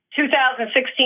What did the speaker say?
2016